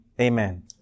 amen